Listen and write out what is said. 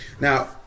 Now